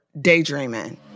daydreaming